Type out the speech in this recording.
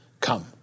come